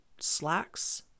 slacks